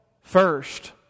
first